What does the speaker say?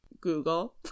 Google